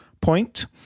point